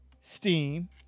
Steam